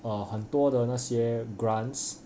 err 很多的那些 grants